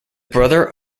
brother